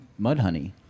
Mudhoney